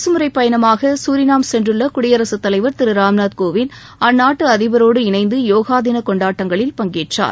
அரசு முறைப் பயணமாக சூரிநாம் சென்றுள்ள குடியரசுத் தலைவர் திரு ராம்நாத் கோவிந்த் அந்நாட்டு அதிபரோடு இணைந்து யோகா தின் கொண்டாட்டங்களில் பஙகேற்றார்